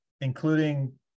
including